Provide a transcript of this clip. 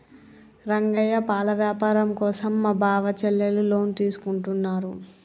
రంగయ్య పాల వ్యాపారం కోసం మా బావ చెల్లెలు లోన్ తీసుకుంటున్నారు